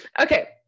okay